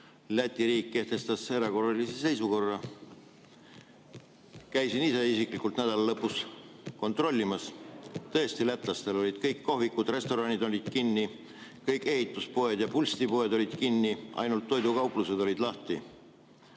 Läti riik kehtestas erakorralise seisukorra. Käisin ise isiklikult nädala lõpus kontrollimas. Tõesti, lätlastel olid kõik kohvikud-restoranid kinni, kõik ehituspoed ja pulstipoed olid kinni, ainult toidukauplused olid lahti.